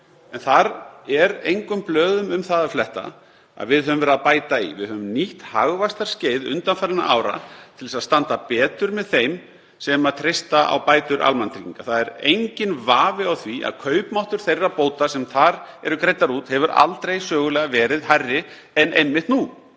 En þar er engum blöðum um það að fletta að við höfum verið að bæta í. Við höfum nýtt hagvaxtarskeið undanfarinna ára til að standa betur með þeim sem treysta á bætur almannatrygginga. Það er enginn vafi á því að kaupmáttur þeirra bóta sem þar eru greiddar út hefur sögulega aldrei verið hærri en einmitt nú.